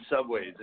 subways